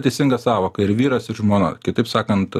teisinga sąvoka ir vyras ir žmona kitaip sakant